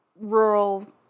rural